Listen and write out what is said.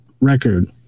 record